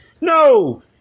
No